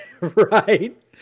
Right